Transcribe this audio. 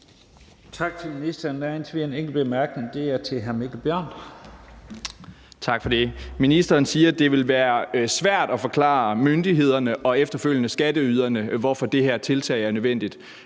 Ministeren siger, at det vil være svært at forklare myndighederne og efterfølgende skatteyderne, hvorfor det her tiltag er nødvendigt.